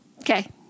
Okay